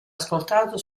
ascoltato